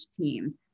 teams